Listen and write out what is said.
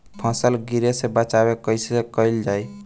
फसल गिरे से बचावा कैईसे कईल जाई?